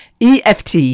EFT